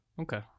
Okay